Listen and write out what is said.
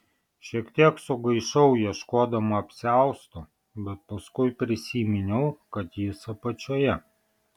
šiek tiek sugaišau ieškodama apsiausto bet paskui prisiminiau kad jis apačioje